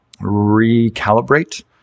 recalibrate